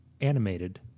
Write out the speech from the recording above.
animated